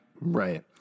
Right